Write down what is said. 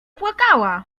płakała